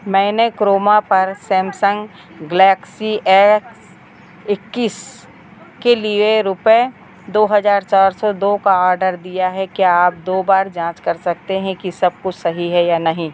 मैंने क्रोमा पर Samsung Galaxy X इक्कीस के लिए रुपये दो हज़ार चार सौ दो का ऑर्डर दिया है क्या आप दो बार जाँच कर सकते हैं कि सब कुछ सही है या नहीं